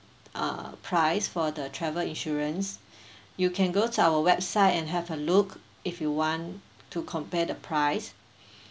uh price for the travel insurance you can go to our website and have a look if you want to compare the price